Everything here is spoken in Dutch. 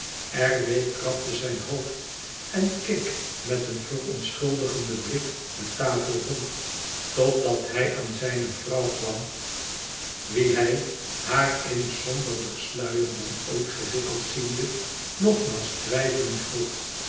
r w krabde zijn hoofd en keek met een verontschuldigenden blik de tafel rond totdat hij aan zijne vrouw kwam wie hij haar in somberder sluier dan ooit gewikkeld ziende nogmaals twijielend vroeg